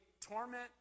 torment